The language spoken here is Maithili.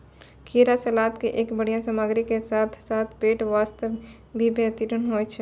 खीरा सलाद के एक बढ़िया सामग्री के साथॅ साथॅ पेट बास्तॅ भी बेहतरीन होय छै